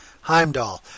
Heimdall